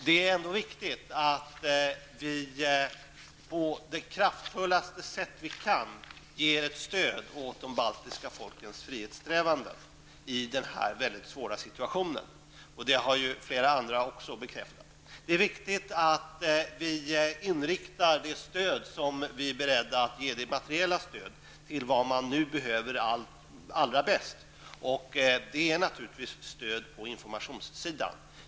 Det är ändå viktigt att vi på det kraftfullaste sätt vi kan ger ett stöd åt de baltiska folkens frihetssträvanden i denna mycket svåra situation. Det har ju flera andra också bekräftat. Det är viktigt att vi inriktar det materiella stöd som vi är beredda att ge på det man behöver allra bäst nu. Det är naturligtvis stöd på informationssidan.